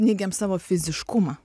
neigiam savo fiziškumą